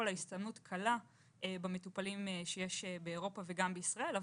ההסתמנות קלה במטופלים שיש באירופה וגם בישראל,